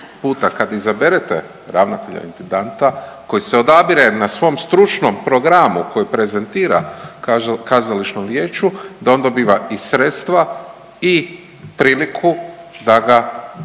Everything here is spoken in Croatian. puta kad izaberete ravnatelja intendanta koji se odabire na svom stručnom programu koji prezentira Kazališnom vijeću da on dobiva i sredstva i priliku da ga